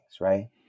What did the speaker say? right